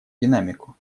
динамику